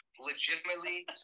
legitimately